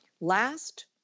last